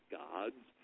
gods